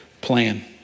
plan